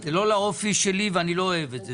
זה לא לאופי שלי ואני לא אוהב את זה.